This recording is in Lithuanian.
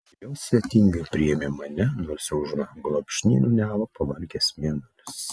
jos svetingai priėmė mane nors jau už lango lopšinę niūniavo pavargęs mėnulis